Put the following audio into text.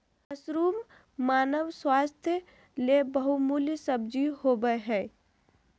mushroom मानव स्वास्थ्य ले बहुमूल्य सब्जी होबय हइ